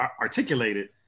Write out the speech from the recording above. articulated